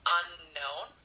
unknown